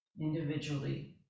individually